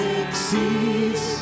exceeds